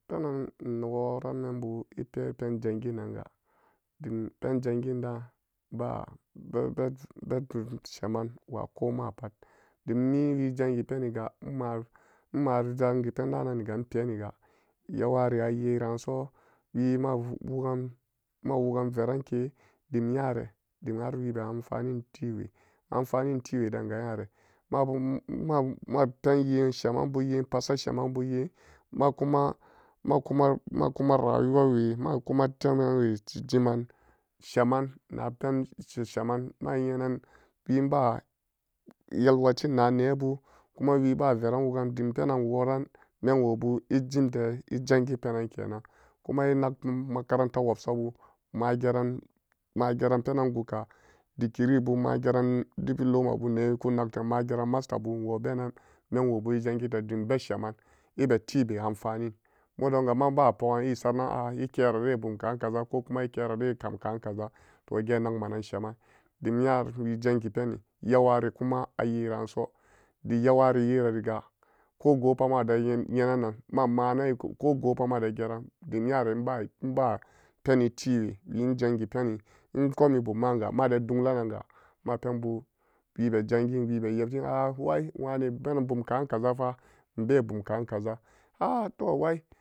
Penang nog woran memby epe penjangin nan ga dim penjangin da'an be sheman wakoma pat dimniwii jangi pemi ga enna emari jangipen da'an nani ga epeniya yeware ayeranso wiima wugan keranke dim nyare dimhar wiibe amfanin diwe denga nyare maa-mapenyen shemanbu nyen pasa shemanbuy nyen makuma, makuma, makuma rayuwawe makuman temanwe jiman sheman napen sheman ma nyenan we enba yelwartinna nebur kuma wiiba veran wugan dimpenan enworan memwobu ejimte ejangi penan kenan kuma enag makaranta wobsabu mageran penan guka degreebu mageran diploma bu neeku nagte mageran masterbu enwobenan memwobu ezangide dimbe sheman ebetibe amfanin modongama enba pogan esaranan a'a ekera rebumkaan kaza kokuma ekerare kam ka'an kaza to geen nagma nan sheman dim nya wijangi peni yeware kuma ayera'anso yeware yerariga ko goo put made nyena nan ma'nan ko goo pa made geran dim n yare mba penitiwe wii enjangi peni enkomi bum ma'anga made dunglananga mapenbyu wiibe jangin wiibe keptin ah wai bum ka'an kazafa enbe bum ka'an kaza ato wai.